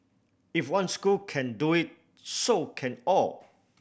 if one school can do it so can all